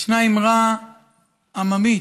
ישנה אמירה עממית